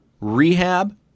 rehab